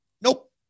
Nope